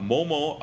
Momo